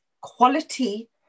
quality